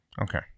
Okay